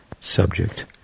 subject